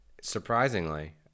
surprisingly